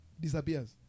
disappears